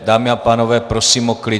Dámy a pánové, prosím o klid.